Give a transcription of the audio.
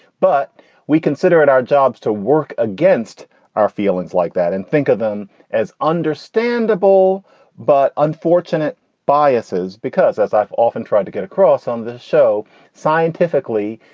but we consider it our jobs to work against our feelings like that and think of them as understandable but unfortunate biases, because as i've often tried to get across on this show scientifically,